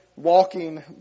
walking